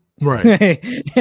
right